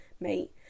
mate